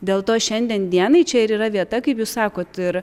dėl to šiandien dienai čia ir yra vieta kaip jūs sakot ir